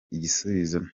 igisubizo